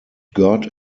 god